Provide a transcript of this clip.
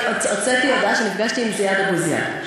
הוצאתי הודעה שנפגשתי עם זיאד אבו זיאד.